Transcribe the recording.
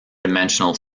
dimensional